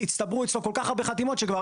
הצטברו אצלו כל כך הרבה חתימות שכבר